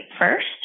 first